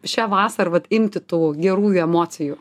šią vasarą vat imti tų gerųjų emocijų